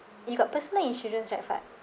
you got personal insurance right fad